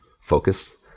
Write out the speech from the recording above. focus